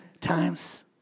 times